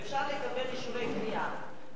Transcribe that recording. ואפשר לקבל אישורי בנייה.